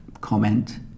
comment